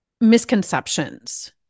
misconceptions